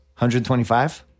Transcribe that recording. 125